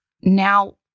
Now